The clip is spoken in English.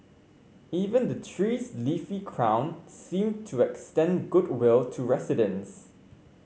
even the tree's leafy crown seemed to extend goodwill to residents